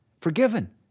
forgiven